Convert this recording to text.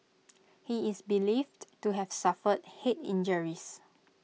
he is believed to have suffered Head injuries